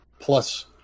plus